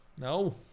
No